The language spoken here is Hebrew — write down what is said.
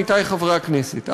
עמיתי חברי הכנסת,